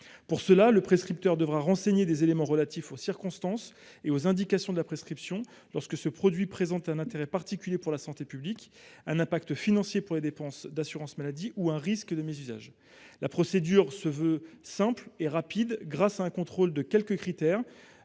Pour cela, le prescripteur devra renseigner des éléments relatifs aux circonstances et aux indications de la prescription lorsque le produit présente un intérêt particulier pour la santé publique, un impact financier pour les dépenses d’assurance maladie ou un risque de mésusage. La procédure se veut simple et rapide : il s’agirait d’effectuer un contrôle de quelques critères